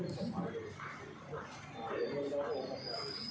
సామాజిక రంగం అంటే ఏమిటి?